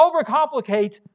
overcomplicate